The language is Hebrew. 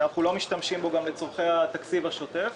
אנחנו לא משתמשים בו לצרכי התקציב השוטף,